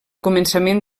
començaments